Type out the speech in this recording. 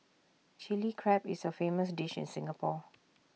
Chilli Crab is A famous dish in Singapore